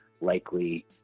likely